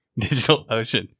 DigitalOcean